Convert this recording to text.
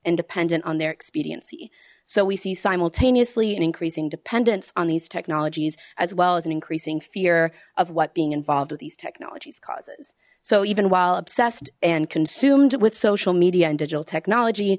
and dependent on their expediency so we see simultaneously and increasing dependence on these technologies as well as an increasing fear of what being involved with these technologies causes so even while obsessed and consumed with social media and digital technology